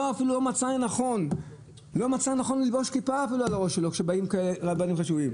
אפילו לא מצא לנכון ללבוש כיפה על ראשו כאשר באים רבנים כל כך חשובים.